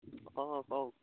অঁ কওক